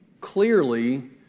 clearly